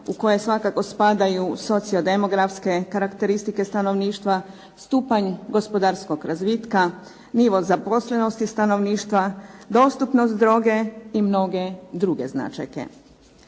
u koji svakako spadaju socio-demografske karakteristike stanovništva, stupanj gospodarskog razvitka, nivo zaposlenosti stanovništva, dostupnost droge i mnoge druge značajke.